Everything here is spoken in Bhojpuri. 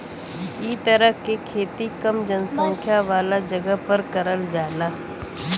इ तरह के खेती कम जनसंख्या वाला जगह पर करल जाला